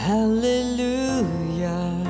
Hallelujah